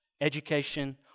education